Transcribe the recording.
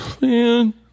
Man